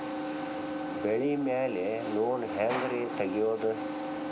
ಬೆಳಿ ಮ್ಯಾಲೆ ಲೋನ್ ಹ್ಯಾಂಗ್ ರಿ ತೆಗಿಯೋದ?